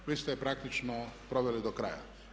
Vi ste je praktično proveli do kraja.